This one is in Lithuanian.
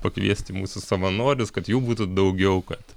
pakviesti mūsų savanorius kad jų būtų daugiau kad